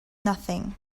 nothing